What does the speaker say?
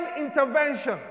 intervention